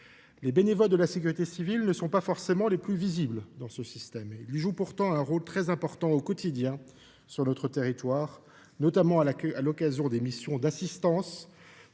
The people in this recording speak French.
les bénévoles de la sécurité civile ne sont pas forcément les plus visibles. Ils jouent pourtant un rôle très important au quotidien sur notre territoire, que ce soit à l’occasion de missions d’assistance,